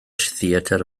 theatr